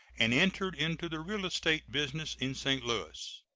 and entered into the real-estate business in st. louis.